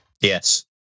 Yes